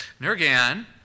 Nergan